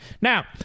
Now